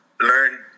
learn